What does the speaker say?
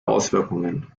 auswirkungen